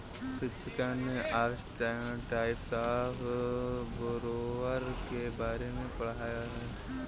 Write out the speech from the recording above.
शिक्षिका ने आज टाइप्स ऑफ़ बोरोवर के बारे में पढ़ाया है